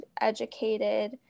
Educated